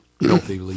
Healthy